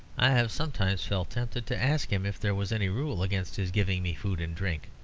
i have sometimes felt tempted to ask him if there was any rule against his giving me food and drink